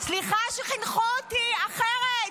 סליחה שחינכו אותי אחרת.